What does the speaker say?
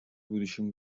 будущих